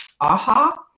aha